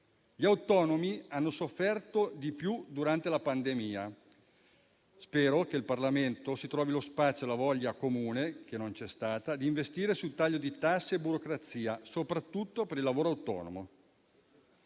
Gli autonomi hanno sofferto di più durante la pandemia. Spero che in Parlamento si trovi lo spazio e la voglia comune, che non c'è stata, di investire su un taglio delle tasse e burocrazia, soprattutto per il lavoro autonomo.